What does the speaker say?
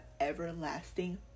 everlasting